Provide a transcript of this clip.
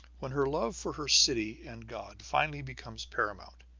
when her love for her city and god finally becomes paramount,